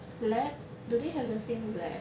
lab do they have the same lab